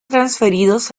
transferidos